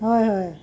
হয় হয়